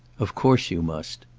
of course you must.